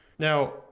Now